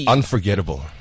Unforgettable